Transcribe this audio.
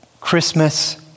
Christmas